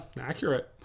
accurate